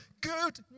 Good